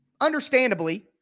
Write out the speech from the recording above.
understandably